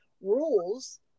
rules